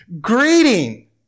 Greeting